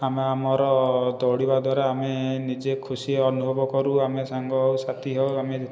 ଆମେ ଆମର ଦୌଡ଼ିବାଦ୍ଵାରା ଆମେ ନିଜେ ଖୁସି ଅନୁଭବ କରୁ ଆମେ ସାଙ୍ଗ ସାଥି ହେଉ ଆମେ